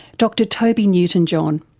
dr toby newton-john.